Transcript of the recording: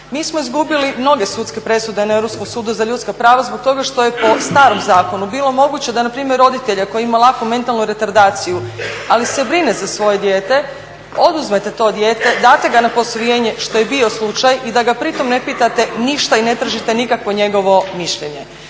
Mi smo izgubili mnoge sudske presude na Europskom sudu za ljudska prava zbog toga što je po starom zakonu da npr. roditelja koji ima laku mentalnu retardaciju ali se brine za svoje dijete, oduzmete to dijete, date ga na posvojenje što je bio slučaj i da ga pri tom ne pitate ništa i ne tražite nikakvo njegovo mišljenje.